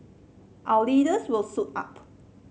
our leaders will suit up